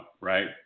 right